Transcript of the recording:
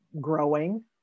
growing